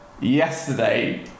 yesterday